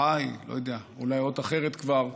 y, לא יודע, אולי אות אחרת כבר,